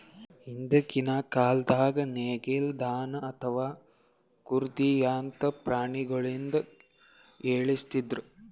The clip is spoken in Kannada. ಹಿಂದ್ಕಿನ್ ಕಾಲ್ದಾಗ ನೇಗಿಲ್, ದನಾ ಅಥವಾ ಕುದ್ರಿಯಂತಾ ಪ್ರಾಣಿಗೊಳಿಂದ ಎಳಸ್ತಿದ್ರು